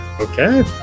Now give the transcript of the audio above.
Okay